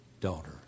Daughter